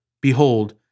behold